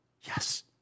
Yes